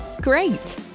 Great